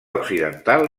occidental